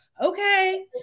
okay